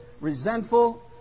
resentful